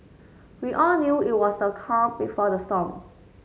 we all knew it was the calm before the storm